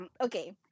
Okay